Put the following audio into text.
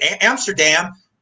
Amsterdam